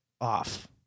off